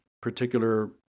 particular